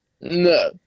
No